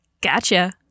Gotcha